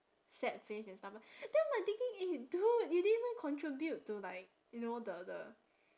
sad face and stuff lah then we're thinking eh dude you didn't even contribute to like you know the the